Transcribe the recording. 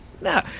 No